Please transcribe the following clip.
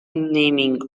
naming